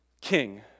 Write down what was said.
king